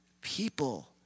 people